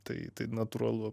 tai tai natūralu